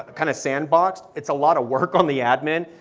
kind of sand box. it's a lot of work on the admin.